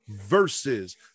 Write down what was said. versus